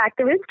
activist